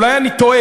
אולי אני טועה,